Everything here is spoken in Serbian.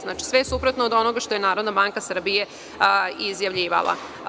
Znači, sve suprotno od onoga što je Narodna banka Srbije izjavljivala.